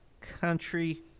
Country